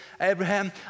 Abraham